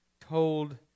told